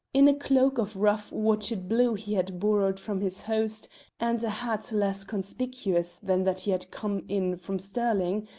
in a cloak of rough watchet blue he had borrowed from his host and a hat less conspicuous than that he had come in from stirling,